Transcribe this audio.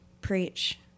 Preach